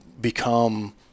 become –